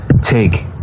Take